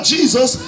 Jesus